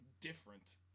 different